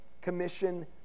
Commission